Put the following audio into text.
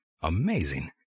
amazing